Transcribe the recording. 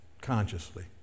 consciously